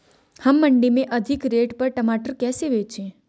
हम मंडी में अधिक रेट पर टमाटर कैसे बेचें?